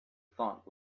thought